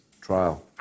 trial